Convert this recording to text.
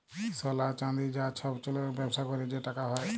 সলা, চাল্দি, চাঁ ছব গুলার ব্যবসা ক্যইরে যে টাকা হ্যয়